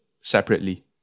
separately